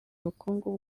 ubukungu